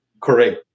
Correct